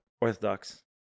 Orthodox